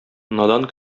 надан